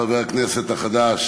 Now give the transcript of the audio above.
חבר הכנסת החדש,